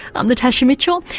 i'm natasha mitchell,